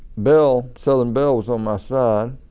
bell, southern bell was on my side.